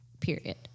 period